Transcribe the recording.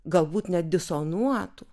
galbūt net disonuotų